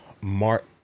Mark